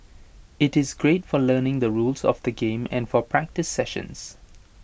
IT is great for learning the rules of the game and for practice sessions